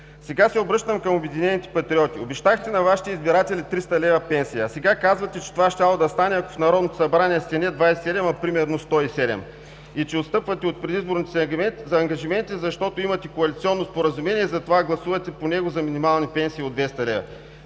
Сега се обръщам към „Обединените патриоти“. Обещахте на Вашите избиратели 300 лв. пенсия, а сега казвате, че това щяло да стане ако в Народното събрание сте не 27, а примерно 107 и че отстъпвате от предизборните си ангажименти, защото имате коалиционно споразумение и затова гласувате по него за минимални пенсии от 200 лв.